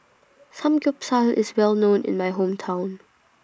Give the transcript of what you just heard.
Samgeyopsal IS Well known in My Hometown